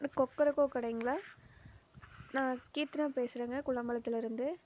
கொக்கரக்கோ கடைங்ளா நான் கீர்த்தனா பேசுறேங்க குள்ளம்பளத்துலேருந்து